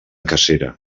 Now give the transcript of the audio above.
cacera